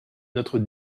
notre